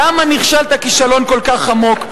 למה נכשלת כישלון כל כך עמוק?